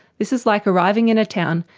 this is like arriving in a town,